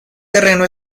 terreno